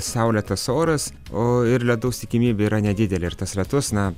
saulėtas oras o ir lietaus tikimybė yra nedidelė ir tas lietus na